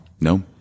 No